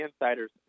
insiders